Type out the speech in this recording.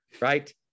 right